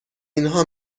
اینها